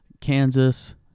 Kansas